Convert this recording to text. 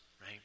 right